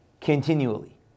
continually